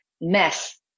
mess